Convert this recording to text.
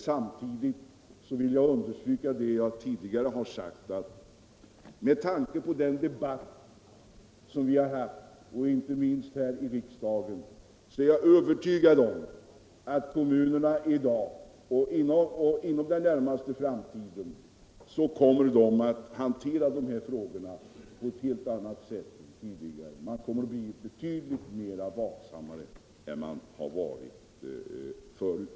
Samtidigt vill jag understryka det jag tidigare har sagt, nämligen att med tanke på den debatt som förts, inte minst här i riksdagen, är jag övertygad om att kommunerna i dag och inom den närmaste framtiden kommer att hanjera de här frågorna på ett helt annat sätt än tidigare. Man kommer att bli betydligt mer vaksam än man har vårit förut.